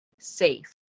safe